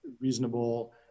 reasonable